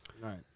right